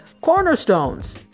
cornerstones